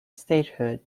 statehood